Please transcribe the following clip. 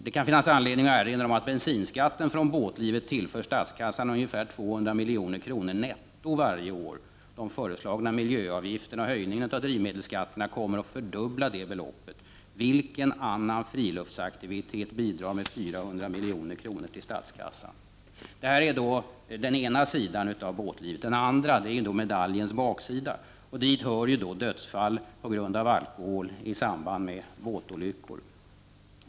Det kan finnas anledning att erinra om att bensinskatten från båtlivet tillför statskassan ungefär 200 milj.kr. netto varje år. De föreslagna miljöavgifterna och höjningen av drivmedelsskatterna kommer att fördubbla det beloppet. Vilken annan friluftsaktivitet bidrar med 400 milj.kr. till statskassan? Det är den ena sidan av båtlivet. Den andra är medaljens baksida, och dit hör dödsfall på grund av alkohol i samband med båtolyckor.